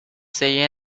say